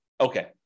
okay